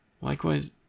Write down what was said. Likewise